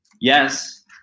yes